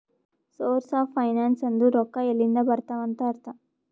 source of finance ಅಂದುರ್ ರೊಕ್ಕಾ ಎಲ್ಲಿಂದ್ ಬರ್ತಾವ್ ಅಂತ್ ಅರ್ಥ